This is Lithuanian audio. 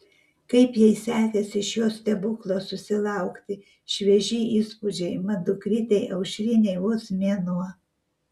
kaip jai sekėsi šio stebuklo susilaukti švieži įspūdžiai mat dukrytei aušrinei vos mėnuo